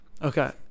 Okay